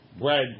bread